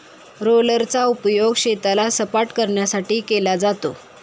रोलरचा उपयोग शेताला सपाटकरण्यासाठी केला जातो